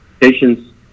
Patients